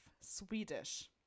Swedish